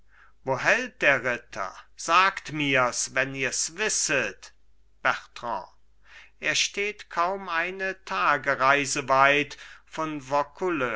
wo hält der ritter sagt mirs wenn ihrs wisset bertrand er steht kaum eine tagereise weit von